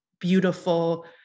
beautiful